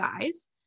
guys